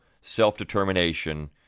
self-determination